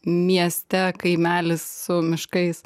mieste kaimelis su miškais